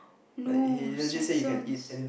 no Swensen's